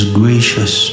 gracious